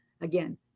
Again